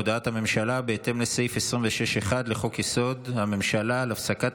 הודעת הממשלה בהתאם לסעיף 26(1) לחוק-יסוד: הממשלה על הפסקת